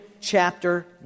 chapter